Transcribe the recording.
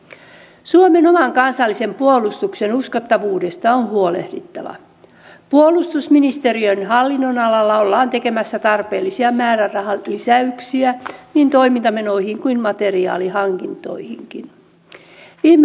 mutta valitettavasti tässä opposition välikysymyksen allekirjoittajien keskuudessa on sitä henkeä että täydellisiä ihmisiä ei olekaan tai kun meitä sitten on niin vähän